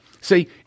See